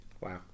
Wow